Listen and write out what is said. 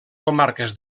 comarques